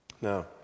Now